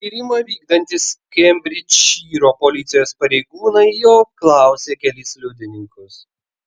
tyrimą vykdantys kembridžšyro policijos pareigūnai jau apklausė kelis liudininkus